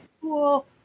Cool